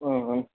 ऊँऽ